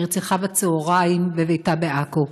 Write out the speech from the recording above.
נרצחה בצוהריים בביתה בעכו.